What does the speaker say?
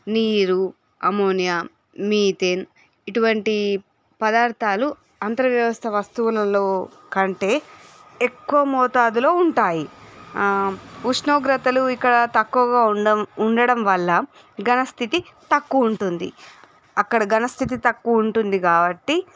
నీరు ammonia methane ఇటువంటి పదార్థాలు అంతర వ్యవస్థ వస్తువులలో కంటే ఎక్కువ మోతాదులో ఉంటాయి ఉష్ణోగ్రతలు ఇక్కడ తక్కువుగా ఉండం ఉండడం వల్ల ఘనస్థితి తక్కువ ఉంటుంది అక్కడ ఘనస్థితి తక్కువ ఉంటుంది కాబట్టీ